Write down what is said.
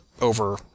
over